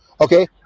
okay